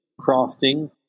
crafting